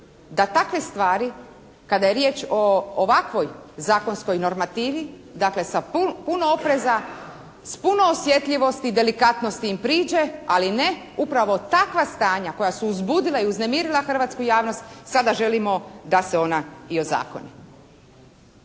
da takve stvari kada je riječ o ovakvoj zakonskoj normativi dakle sa puno opreza, s puno osjetljivosti i delikatnosti im priđe ali ne upravo takva stanja koja su uzbudila i uznemirila hrvatsku javnost sada želimo da se ona i ozakone.